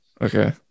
okay